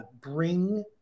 bring